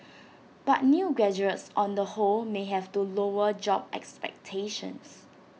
but new graduates on the whole may have to lower job expectations